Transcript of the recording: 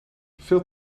veel